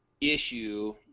issue